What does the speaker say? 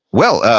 well,